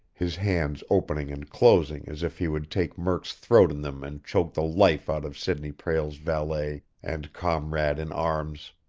his hands opening and closing as if he would take murk's throat in them and choke the life out of sidney prale's valet and comrade in arms.